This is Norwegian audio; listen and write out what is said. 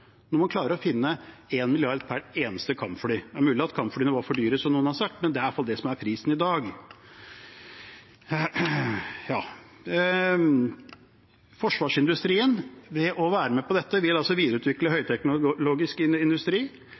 når man klarer å finne 1 mrd. kr til hvert eneste kampfly. Det er mulig at kampflyene var for dyre, som noen har sagt, men det er i hvert fall det som er prisen i dag. Forsvarsindustrien vil ved å være med på dette videreutvikle en høyteknologisk industri,